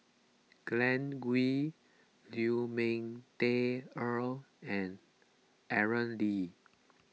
Glen Goei Lu Ming Teh Earl and Aaron Lee